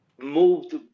moved